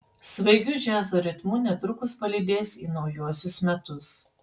svaigiu džiazo ritmu netrukus palydės į naujuosius metus